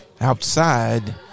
outside